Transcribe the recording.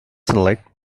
sunlight